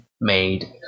made